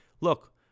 Look